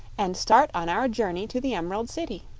and start on our journey to the emerald city.